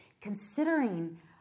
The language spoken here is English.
Considering